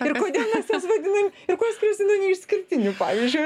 ir kodėl mes jas vadinam ir kuo jos skiriasi nuo neišskirtinių